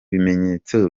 bimenyetso